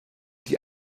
die